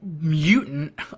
mutant